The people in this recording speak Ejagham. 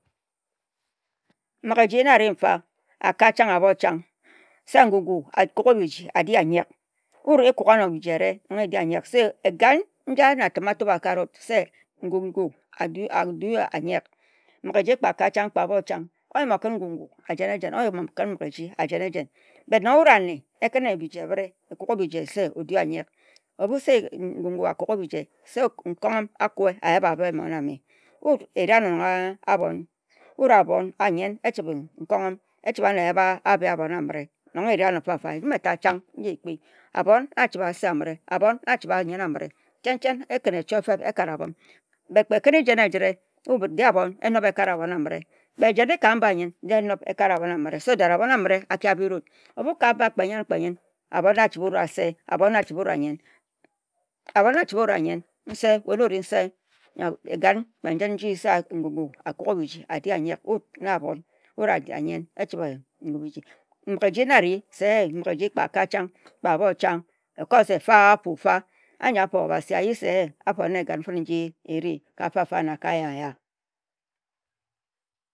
Mighe eji na-a-ri mfa akat ehang abho chang. Se n-ju-ju a-kuk-ghe-biji a due a-yenk. Wu e-kuk-gha nor bi-ji e-bi-re. Egan, n-ji a-nne atim a-to-be. Se o-yim-okan mighe eji a-jen-ejen, o-yim o-kan n-gu-gu a-jen-e-jen. Wut fam-fa na e-chibe a-yen-na-ase. Wut echibe nkom echibe eyaba-abe abon a-mere.